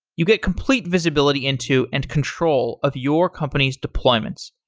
you get complete visibility into and control of your company's deployments.